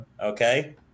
Okay